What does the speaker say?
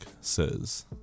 says